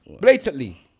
blatantly